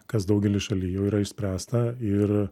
kas daugely šalijų yra išspręsta ir